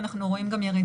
מגוון של סוגים של דיונים,